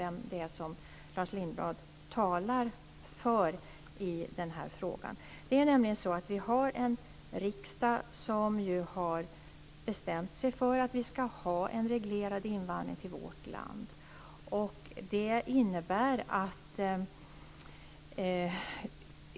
Vem är det som Lars Lindblad talar för i den här frågan? Vi har nämligen en riksdag som har bestämt sig för att vi ska ha en reglerad invandring till vårt land.